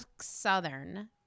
Southern